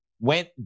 went